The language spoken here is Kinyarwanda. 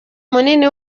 munini